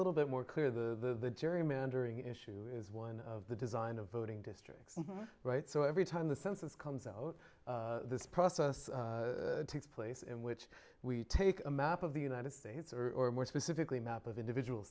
little bit more clear the gerrymandering issue is one of the design of voting districts right so every time the census comes out this process takes place in which we take a map of the united states or more specifically map of individual